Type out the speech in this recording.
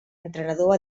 entrenador